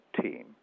team